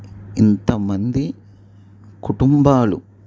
ఇంతమంది కుటుంబాలు